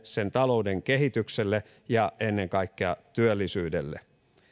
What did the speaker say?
sen talouden kehitykselle ja ennen kaikkea työllisyydelle